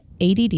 ADD